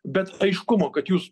bet aiškumo kad jūs